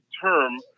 term